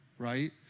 right